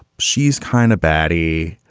she's kind of batty.